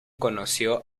conoció